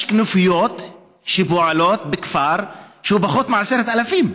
כנופיות שפועלות בכפר שהוא פחות מ-10,000.